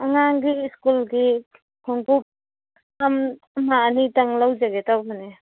ꯑꯉꯥꯡꯒꯤ ꯁ꯭ꯀꯨꯜꯒꯤ ꯈꯣꯡꯎꯞ ꯑꯃ ꯑꯅꯤꯇꯪ ꯂꯧꯖꯒꯦ ꯇꯧꯕꯅꯦ